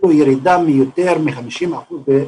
ירידה של יותר מ-50% בבדיקות.